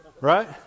Right